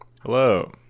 Hello